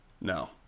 No